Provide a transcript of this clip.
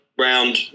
Round